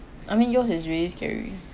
I mean yours is really scary